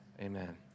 Amen